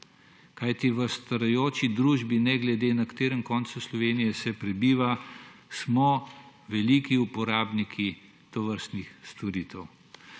Kajti, v starajoči se družbi smo ne glede na to, v katerem koncu Slovenije se prebiva, veliki uporabniki tovrstnih storitev.